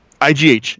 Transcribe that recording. igh